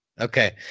Okay